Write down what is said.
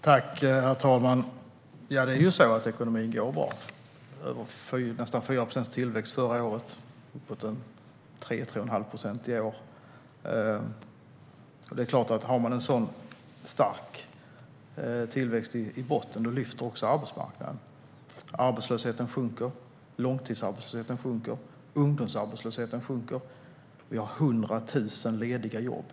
Herr talman! Ekonomin går bra. Vi hade en tillväxt på nästan 4 procent förra året, och i år är den uppemot 3 1⁄2 procent. Har man en sådan stark tillväxt i botten lyfter också arbetsmarknaden. Arbetslösheten sjunker, långtidsarbetslösheten sjunker och ungdomsarbetslösheten sjunker. Vi har 100 000 lediga jobb.